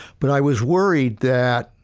but, i was worried that,